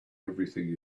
everything